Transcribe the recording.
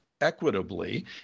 equitably